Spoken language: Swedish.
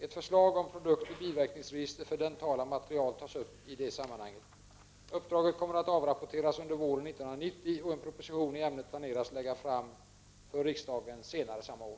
Ett förslag om produktoch biverkningsregister för dentala material tas upp i detta sammanhang. Uppdraget kommer att avrapporteras under våren 1990 och en proposition i ämnet planeras läggas fram för riksdagen senare samma år.